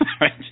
Right